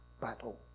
battle